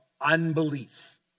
Unbelief